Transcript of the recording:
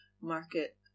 market